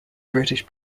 british